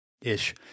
Ish